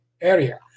area